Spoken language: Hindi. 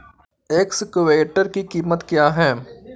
एक्सकेवेटर की कीमत क्या है?